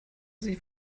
sie